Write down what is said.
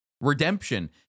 redemption